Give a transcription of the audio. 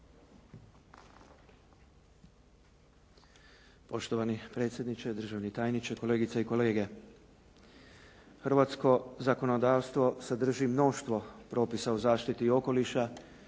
Poštovani predsjedniče, državni tajniče, kolegice i kolege. Hrvatsko zakonodavstvo sadrži mnoštvo propisa o zaštiti okoliša,